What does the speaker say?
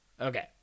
Okay